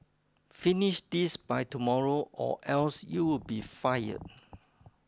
finish this by tomorrow or else you'll be fired